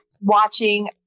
watching